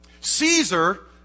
Caesar